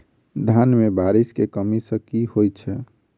धान मे बारिश केँ कमी सँ की होइ छै?